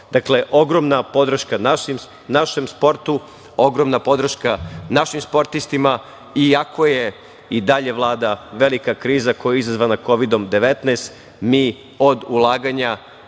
ogromna podrška našem sportu, ogromna podrška našim sportistima, iako i dalje vlada velika kriza koja je izazvana Kovidom-19, mi od ulaganja